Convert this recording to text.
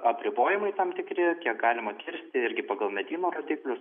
apribojimai tam tikri kiek galima kirsti irgi pagal medyno rodiklius